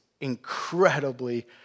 incredibly